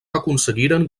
aconseguiren